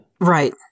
Right